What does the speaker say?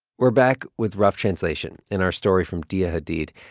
we're back with rough translation and our story from diaa hadid.